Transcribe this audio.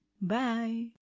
Bye